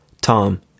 Tom